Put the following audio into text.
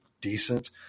decent